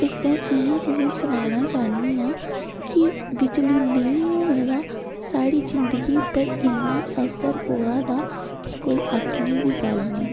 इसलेई इ'यै तुसेंगी सनाना चाह्न्नी आं कि बिजली नेईं होने दा साढ़ी जिंदगी उप्पर इन्ना असर पवा दा कि कोई आक्खने दी गल्ल नेईं